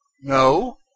No